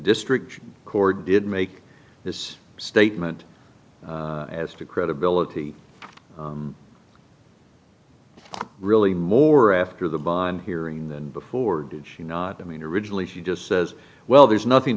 district court did make a statement as to credibility really more after the bond hearing than before did she not i mean originally she just says well there's nothing